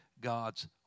God's